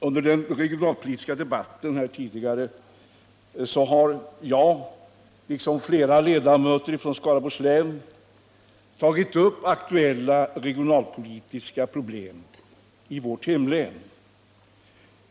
Under den regionalpolitiska debatten här tidigare har jag, herr talman, liksom flera andra ledamöter från Skaraborgs län tagit upp aktuella regionalpolitiska problem i vårt hemlän.